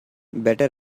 better